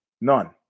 None